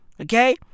Okay